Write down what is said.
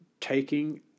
taking